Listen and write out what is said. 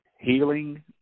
healing